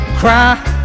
cry